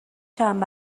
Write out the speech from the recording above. چند